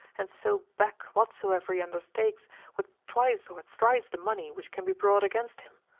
and so back whatsoever he undertakes with twice or thrice the money which can be brought against him.